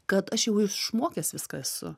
kad aš jau išmokęs viską esu